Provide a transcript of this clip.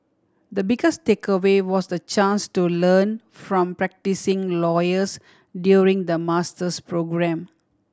the biggest takeaway was the chance to learn from practising lawyers during the master's programme